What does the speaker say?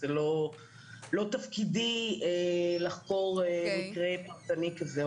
אלו הפניות והיישום לטיפול בעניין הזה,